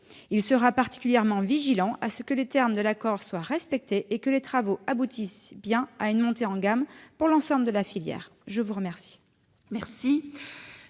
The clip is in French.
Il sera particulièrement vigilant à ce que les termes de l'accord soient respectés et à ce que les travaux aboutissent bien à une montée en gamme pour l'ensemble de la filière. La parole